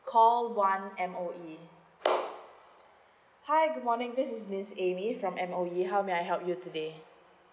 call one M_O_E hi good morning this is miss amy from M_O_E how may I help you today